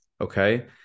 Okay